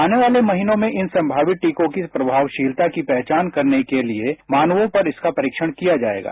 आने वाले महीनों में इन संभावितटीकों की प्रभावशीलता की पहचान करने के लिए मानवों पर इसका परीक्षण किया जाएगा